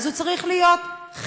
אז הוא צריך להיות חלק